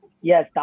Yes